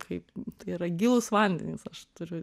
kaip tai yra gilūs vandenys aš turiu